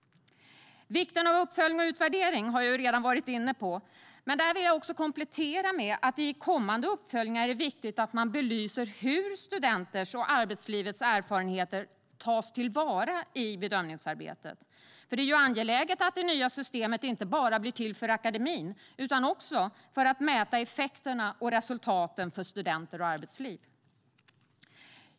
Vikten av uppföljning och utvärdering har jag redan varit inne på, men här vill jag komplettera med att det i kommande uppföljningar är viktigt att belysa hur studenters och arbetslivets erfarenheter tas till vara i bedömningsarbetet. Det är ju angeläget att det nya systemet inte bara blir till för akademin utan också för att mäta effekterna och resultaten för studenter och arbetsliv.